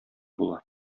була